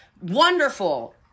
wonderful